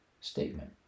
statement